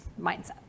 mindset